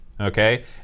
okay